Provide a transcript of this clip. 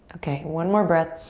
okay, one more breath.